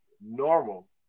normal